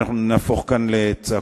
והכול יהפוך כאן לצעקות.